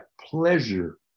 pleasure